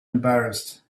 embarrassed